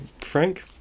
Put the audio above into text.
frank